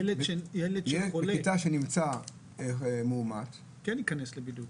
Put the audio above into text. ילד בכיתה שנמצא שהוא מאומת --- כן ייכנס לבידוד.